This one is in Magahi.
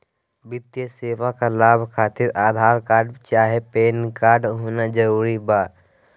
वित्तीय सेवाएं का लाभ खातिर आधार कार्ड चाहे पैन कार्ड होना जरूरी बा?